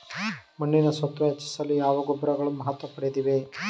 ಮಣ್ಣಿನ ಸತ್ವ ಹೆಚ್ಚಿಸಲು ಯಾವ ಗೊಬ್ಬರಗಳು ಮಹತ್ವ ಪಡೆದಿವೆ?